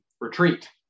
retreat